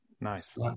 nice